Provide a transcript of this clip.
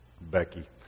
Becky